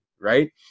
right